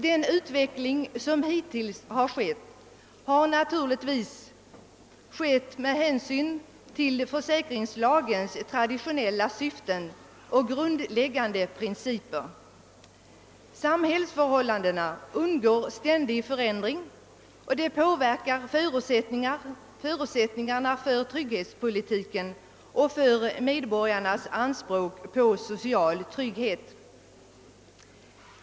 Den utveckling som hittills har ägt rum har av naturliga skäl hållit sig ganska väl inom försäkringslagens traditionella syften och grundläggande principer. Samhällsförhållandena undergår ständig förändring, och detta påverkar förutsättningarna för trygghetspolitiken och medborgarnas anspråk på social trygghet.